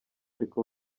ariko